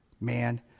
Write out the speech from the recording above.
man